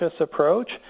approach